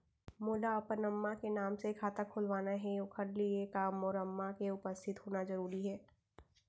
मोला अपन अम्मा के नाम से खाता खोलवाना हे ओखर लिए का मोर अम्मा के उपस्थित होना जरूरी हे?